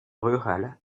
rurale